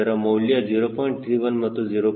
31 ಮತ್ತು 0